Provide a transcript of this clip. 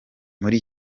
muri